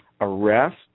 arrest